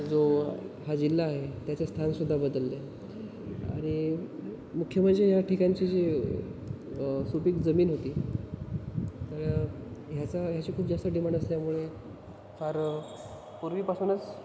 जो हा जिल्हा आहे त्याचं स्थानसुद्धा बदललं आहे आणि मुख्य म्हणजे ह्या ठिकाणची जी सुपीक जमीन होती तर ह्याचा ह्याची खूप जास्त डिमांड असल्यामुळे फार पूर्वीपासूनच